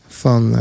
van